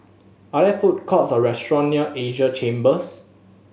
are there food courts or restaurant near Asia Chambers